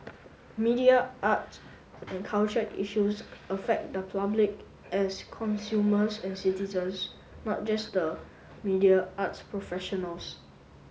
media arts and culture issues affect the public as consumers and citizens not just the media arts professionals